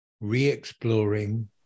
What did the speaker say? re-exploring